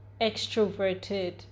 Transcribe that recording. extroverted